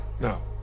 No